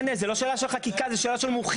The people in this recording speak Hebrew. זו לא שאלה של חקיקה, זו שאלה של מומחיות.